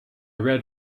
read